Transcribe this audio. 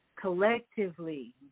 collectively